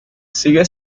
sigue